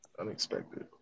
Unexpected